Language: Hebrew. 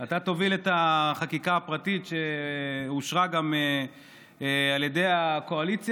אבל אתה תוביל את החקיקה הפרטית שאושרה גם על ידי הקואליציה.